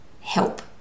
help